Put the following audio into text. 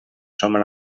són